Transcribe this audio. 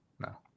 no